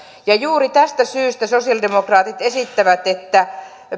juuri tästä syystä sosialidemokraatit esittävät että